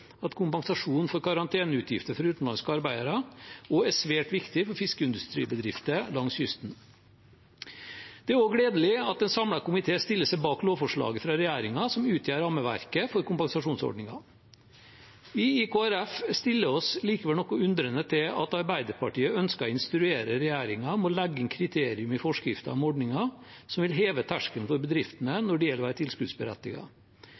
at kompensasjon for karanteneutgifter for utenlandske arbeidere også er svært viktig for fiskeindustribedrifter langs kysten. Det er også gledelig at en samlet komité stiller seg bak lovforslaget fra regjeringen som utgjør rammeverket for kompensasjonsordningen. Vi i Kristelig Folkeparti stiller oss likevel noe undrende til at Arbeiderpartiet ønsker å instruere regjeringen om å legge inn kriterium i forskriften om ordningen som vil heve terskelen for bedriftene